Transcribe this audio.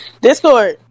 discord